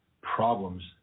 problems